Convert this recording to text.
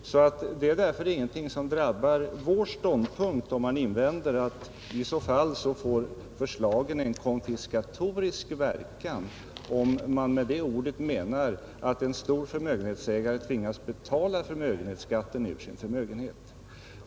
Det är därför ingenting som drabbar vår ståndpunkt, när man invänder att förslaget i så fall får en konfiskatorisk verkan, om man med det ordet menar att en stor förmögenhetsägare tvingas betala förmögenhetsskatten ur sin förmögenhet.